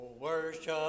worship